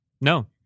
No